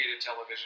television